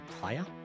player